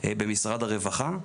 במשרד הרווחה.